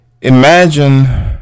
imagine